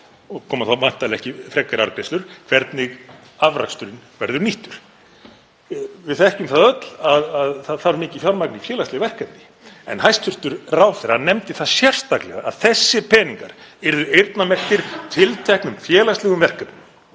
og koma þá væntanlega ekki frekari arðgreiðslur, hvernig afraksturinn verður nýttur? Við þekkjum það öll að það þarf mikið fjármagn í félagsleg verkefni. Hæstv. ráðherra nefndi það sérstaklega að þessir peningar yrðu eyrnamerktir tilteknum félagslegum verkefnum.